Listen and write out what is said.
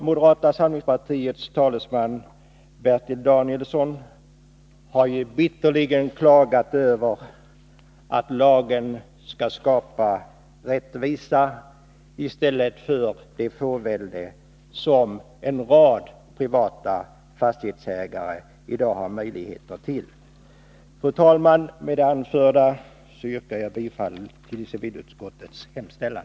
Moderata samlingspartiets talesman Bertil Danielsson har här bitterligen klagat över att lagen vill skapa rättvisa i stället för det fåtalsvälde som en rad privata fastighetsägare i dag har möjlighet till. Fru talman! Med det anförda yrkar jag bifall till civilutskottets hemställan.